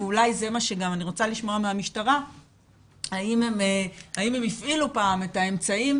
אני רוצה לדעת מהמשטרה האם הם הפעילו פעם את האמצעים?